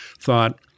thought